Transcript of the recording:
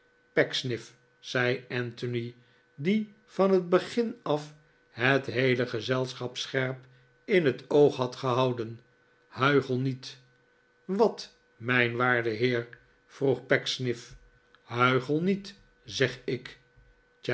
pecksniff zei anthony die van het begin af het heele gezelschap scherp in het oog had gehouden huichel niet wat mijn waarde heer vroeg pecksniff huichel niet zeg ik